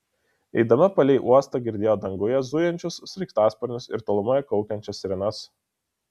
eidama palei uostą girdėjo danguje zujančius sraigtasparnius ir tolumoje kaukiančias sirenas